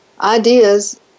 ideas